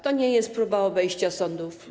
To nie jest próba obejścia sądów.